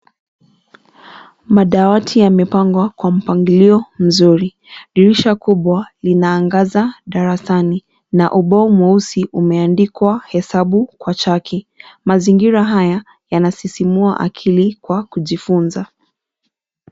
Madawati yamepangwa kwa mpangilio mzuri. Dirisha kubwa linaangaza darasani, na ubao mweusi umeandikwa hesabu kwa chaki. Mazingira haya yanasisimua akili kwa kujifunza.